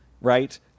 right